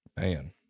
Man